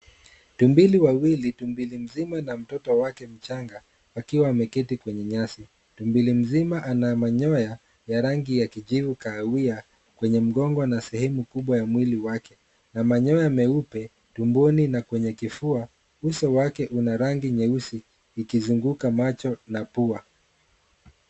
Tumbili wawili, tumbili mzima na mtoto wake mchanga wakiwa wameketi kwenye nyasi. Tumbili mzima ana manyoya ya rangi ya kijivu kahawia kwenye mgongo na sehemu kubwa ya mwili wake, na manyoya meupe tumboni na kwenye kifua. Uso wake una rangi nyeusi ikizunguka macho na pua.